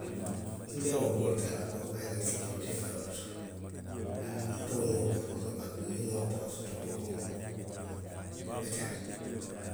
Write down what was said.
Nbe otoo le taa la ko bayiri sekuritee be wo le to, haa. motoo nŋa wo borondi le. bari duŋ niŋ nŋa otoo soto, oo, oo, wo beteyaata., haa